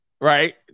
Right